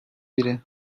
biri